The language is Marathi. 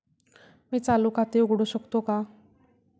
मी चालू खाते उघडू शकतो का?